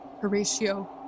Horatio